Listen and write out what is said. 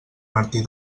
martí